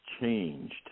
changed